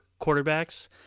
quarterbacks